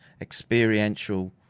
experiential